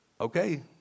Okay